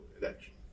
election